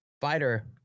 fighter